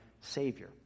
savior